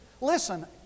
Listen